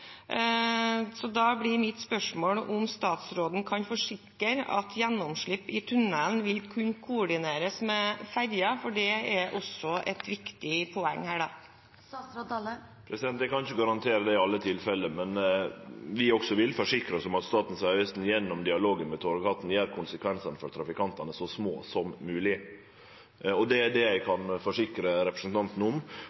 Da blir mitt spørsmål: Kan statsråden forsikre om at gjennomslipp i tunnelen vil kunne koordineres med ferga? Det er også et viktig poeng i denne sammenhengen. Eg kan ikkje garantere det i alle tilfelle, men vi vil også forsikre oss om at Statens vegvesen gjennom dialogen med Torghatten Nord gjer konsekvensane for trafikantane så små som mogleg. Det er det eg